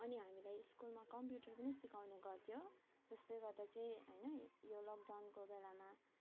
अनि हामीलाई स्कुलमा कम्प्युटर पनि सिकाउने गर्थ्यो जसले गर्दा चाहिँ होइन यो लकडाउनको बेलामा अब